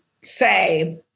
say